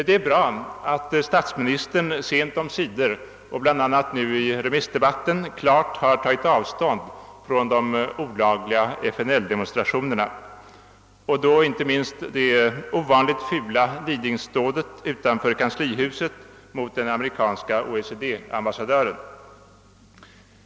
Det är bra att statsministern sent omsider, bl.a. nu i remissdebatten, klart har tagit avstånd från de olagliga FNL demonstrationerna och då inte minst det ovanligt fula nidingsdådet utanför kanslihuset mot den amerikanske OECD ambassadören.